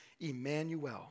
Emmanuel